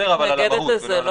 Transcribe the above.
אני מתנגדת לזה.